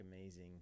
amazing